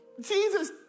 Jesus